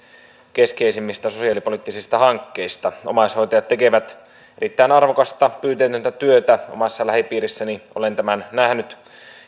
keskeisimmistä sosiaalipoliittisista hankkeista omaishoitajat tekevät erittäin arvokasta pyyteetöntä työtä omassa lähipiirissäni olen tämän nähnyt